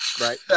Right